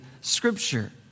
Scripture